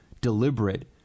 deliberate